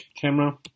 Camera